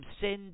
sin